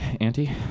Auntie